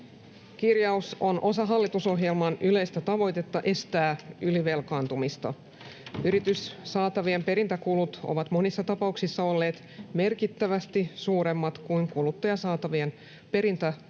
Kirjaus on osa hallitusohjelman yleistä tavoitetta estää ylivelkaantumista. Yrityssaatavien perintäkulut ovat monissa tapauksissa olleet merkittävästi suuremmat kuin kuluttajasaatavien perintäkulut,